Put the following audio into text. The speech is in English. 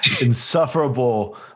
insufferable